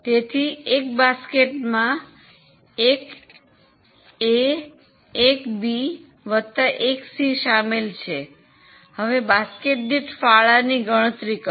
તેથી એક બાસ્કેટમાં 1 એ 1 બી વત્તા 1 સી શામેલ છે હવે બાસ્કેટ દીઠ ફાળોની ગણતરી કરો